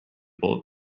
bullet